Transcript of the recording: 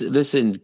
listen